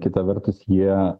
kita vertus jie